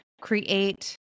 create